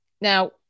Now